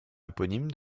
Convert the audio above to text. éponyme